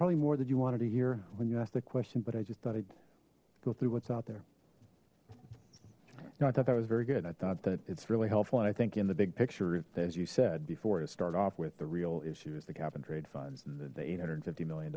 probably more that you wanted to hear when you ask the question but i just thought i'd go through what's out there you know i thought that was very good i thought that it's really helpful and i think in the big picture as you said before to start off with the real issue is the cap and trade funds the eight hundred and fifty million